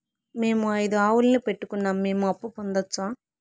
మేము ఐదు ఆవులని పెట్టుకున్నాం, మేము అప్పు పొందొచ్చా